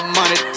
money